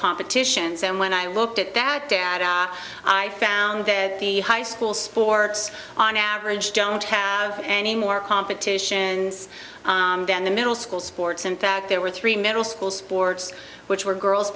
competitions and when i looked at that data i found that the high school sports on average don't have any more competitions than the middle school sports in fact there were three middle school sports which were girls